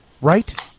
right